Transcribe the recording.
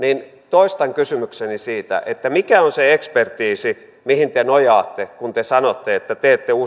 toistan kysymykseni siitä että mikä on se ekspertiisi mihin te nojaatte kun te sanotte että te ette usko että